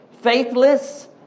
Faithless